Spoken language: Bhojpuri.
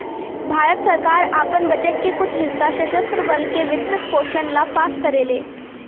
भारत सरकार आपन बजट के कुछ हिस्सा सशस्त्र बल के वित्त पोषण ला पास करेले